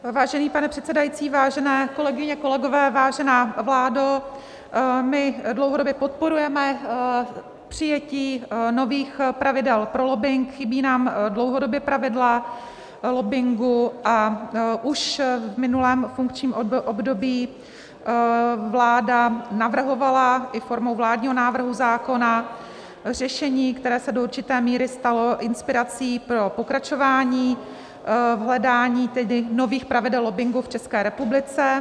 Vážený pane předsedající, vážené kolegyně, kolegové, vážená vládo, dlouhodobě podporujeme přijetí nových pravidel pro lobbing, chybí nám dlouhodobě pravidla lobbingu, a už v minulém funkčním období vláda navrhovala i formou vládního návrhu zákona řešení, které se do určité míry stalo inspirací pro pokračování v hledání nových pravidel lobbingu v České republice.